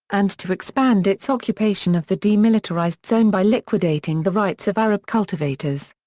and to expand its occupation of the demilitarized zone by liquidating the rights of arab cultivators.